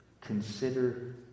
Consider